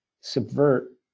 subvert